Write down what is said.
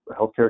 healthcare